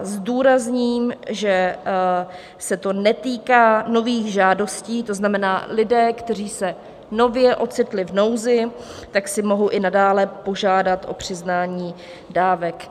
Zdůrazním, že se to netýká nových žádostí, to znamená lidé, kteří se nově ocitli v nouzi, si mohou i nadále požádat o přiznání dávek.